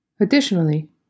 Additionally